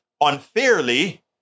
unfairly